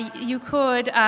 you could,